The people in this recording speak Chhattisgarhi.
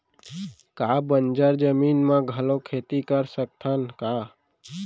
का बंजर जमीन म घलो खेती कर सकथन का?